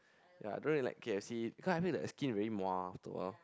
ya I don't really like K_F_C cause I feel the skin very mua after awhile